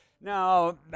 Now